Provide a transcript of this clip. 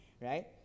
right